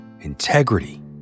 integrity